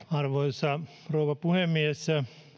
arvoisa rouva puhemies